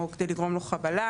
או כדי לגרום לו חבלה.